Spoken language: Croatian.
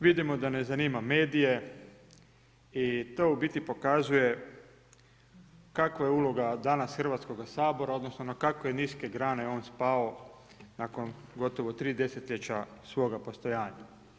Vidimo da ne zanima medije i to u biti pokazuje kakva je uloga danas Hrvatskoga sabora odnosno na kakve je niske grane on spao nakon gotovo 3 desetljeća svoga postojanja.